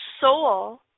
soul